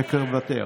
מוותר.